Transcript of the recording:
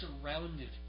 surrounded